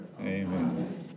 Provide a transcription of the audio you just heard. Amen